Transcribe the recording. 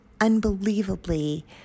unbelievably